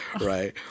right